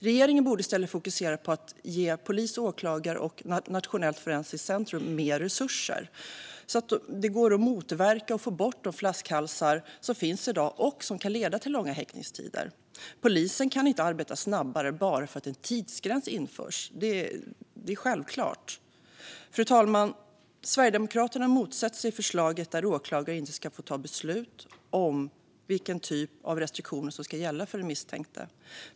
Regeringen borde i stället fokusera på att ge polis, åklagare och Nationellt forensiskt centrum mer resurser så att det går att motverka och få bort de flaskhalsar som finns i dag och som kan leda till långa häktningstider. Polisen kan inte arbeta snabbare bara för att en tidsgräns införs; det är ju självklart. Fru talman! Sverigedemokraterna motsätter sig förslaget att åklagare inte ska få ta beslut om vilken typ av restriktioner som ska gälla för den misstänkte.